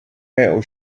metal